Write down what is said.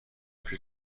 for